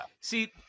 See